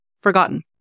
forgotten